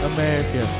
America